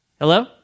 Hello